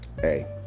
hey